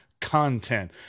content